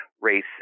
race